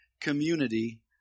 community